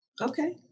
okay